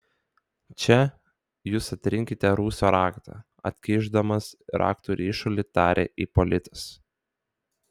čia jūs atrinkite rūsio raktą atkišdamas raktų ryšulį tarė ipolitas